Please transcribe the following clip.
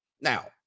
Now